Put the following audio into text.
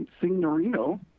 Signorino